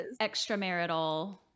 extramarital